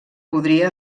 podria